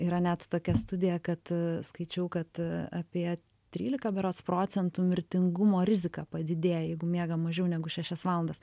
yra net tokia studija kad skaičiau kad apie trylika berods procentų mirtingumo rizika padidėja jeigu miega mažiau negu šešias valandas